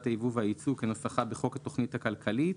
היבוא והיצוא כנוסחה בחוק התכנית הכלכלית,